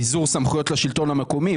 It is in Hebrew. ביזור סמכויות לשלטון המקומי,